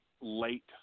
late